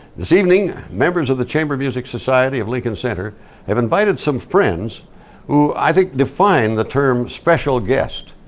this evening, members of the chamber music society of lincoln center have invited some friends who i think define the term special guest.